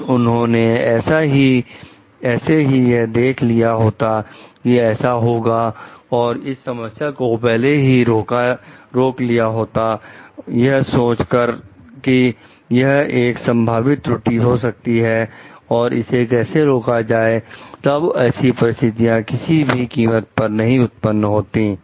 अगर उन्होंने ऐसे ही यह देख लिया होता कि ऐसा होगा और इस समस्या को पहले ही रोक लिया होता यह सोच कर कि है एक संभावित त्रुटि हो सकती है और इसे कैसे रोका जाए तब ऐसी परिस्थितियां किसी भी कीमत पर नहीं उत्पन्न होती